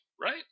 right